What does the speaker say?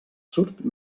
surt